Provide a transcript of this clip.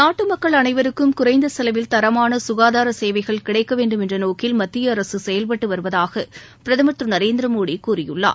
நாட்டு மக்கள் அனைவருக்கும் குறைந்த செலவில் தரமான க்காதார சேவைகள் கிடைக்க வேண்டும் என்ற நோக்கில் மத்திய அரசு செயல்பட்டு வருவதாக பிரதமர் திரு நரேந்திரமோடி கூறியுள்ளார்